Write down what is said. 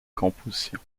composition